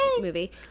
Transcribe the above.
movie